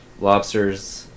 lobsters